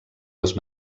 les